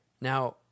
Now